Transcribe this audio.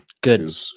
Good